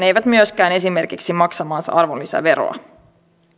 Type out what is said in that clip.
eivät myöskään esimerkiksi maksamaansa arvonlisäveroa